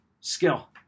skill